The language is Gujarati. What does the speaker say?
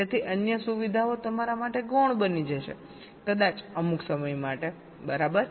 તેથી અન્ય સુવિધાઓ તમારા માટે ગૌણ બની જશે કદાચ અમુક સમય માટે બરાબર